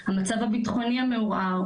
המצב הביטחוני המעורער,